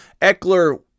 Eckler